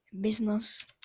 business